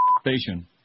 Station